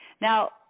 Now